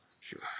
Sure